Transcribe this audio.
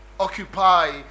occupy